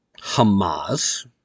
Hamas